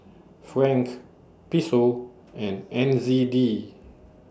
Franc Peso and N Z D